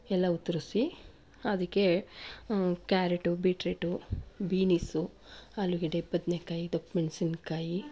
ಎಲ್ಲ ಉತ್ತರ್ಸಿ ಅದಕ್ಕೆ ಕ್ಯಾರೇಟು ಬಿಟ್ರೇಟು ಬೀನಿಸು ಆಲೂಗೆಡ್ಡೆ ಬದನೇಕಾಯಿ ದಪ್ಪ ಮೆಣಸಿನ್ಕಾಯಿ